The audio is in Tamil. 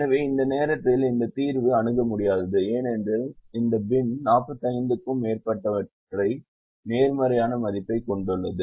எனவே இந்த நேரத்தில் இந்த தீர்வு அணுக முடியாதது ஏனென்றால் இந்த பின் 45 க்கும் மேற்பட்டவற்றை நேர்மறையான மதிப்பைக் கொண்டுள்ளது